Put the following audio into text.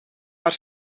haar